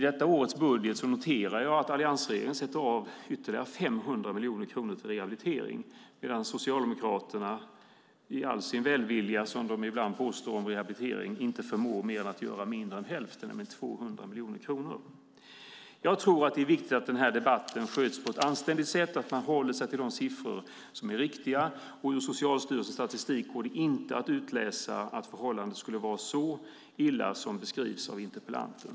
I årets budget noterar jag att alliansregeringen sätter av ytterligare 500 miljoner kronor till rehabilitering medan Socialdemokraterna i all sin påstådda välvilja vad gäller rehabilitering inte förmår mer än mindre än hälften, nämligen 200 miljoner kronor. Det är viktigt att debatten sköts på ett anständigt sätt och att man håller sig till de siffror som är riktiga. Ur Socialstyrelsens statistik går det inte att utläsa att förhållandet skulle vara så illa som beskrivs av interpellanten.